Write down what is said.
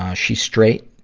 ah she's straight,